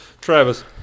Travis